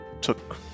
took